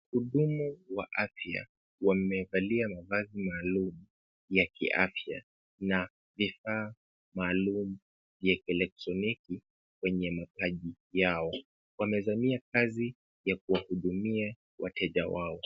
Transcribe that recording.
Wahudumu wa afya wamevalia mavazi maalum ya kiafya na vifaa maalum ya kielektrinoki kwenye mapaji yao. Wamezamia kazi ya kuwahudumia wateja wao.